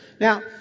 Now